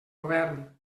govern